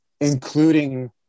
including